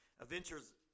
Adventures